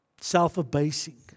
self-abasing